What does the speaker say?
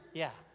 yeah.